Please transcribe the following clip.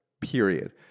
Period